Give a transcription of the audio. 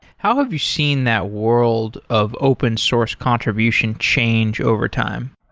how have you seen that world of open source contribution change over time?